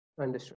Understood